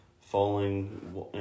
Falling